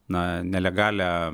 na nelegalią